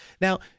Now